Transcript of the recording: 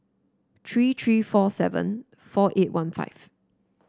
three three four seven four eight one five